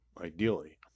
ideally